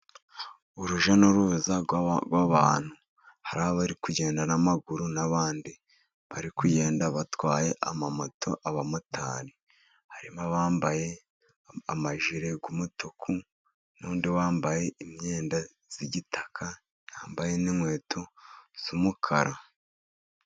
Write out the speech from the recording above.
Urujya n'uruza rw'abantu, hari abari kugenda n'amaguru n'abandi bari kugenda batwaye ama moto. Abamotari harimo abambaye amajire y'umutuku n'undi wambaye imyenda z'igitaka, yambaye n'inkweto z'umukara.